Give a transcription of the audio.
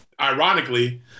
ironically